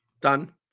Done